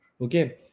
Okay